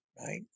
right